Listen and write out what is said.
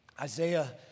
Isaiah